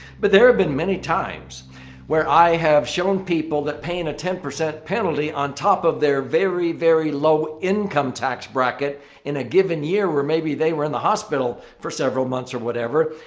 but there have been many times where i have shown people that paying a ten percent penalty on top of their very very low income tax bracket in a given year where maybe they were in the hospital for several months or whatever,